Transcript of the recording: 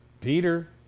Peter